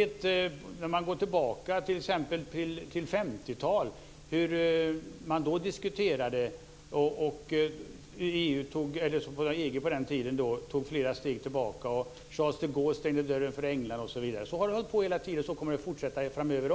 se på hur man diskuterade under 50-talet och hur EG tog flera steg tillbaka. Charles de Gaulle stängde dörren för England osv. Så har det hållit på hela tiden och kommer att fortsätta framöver.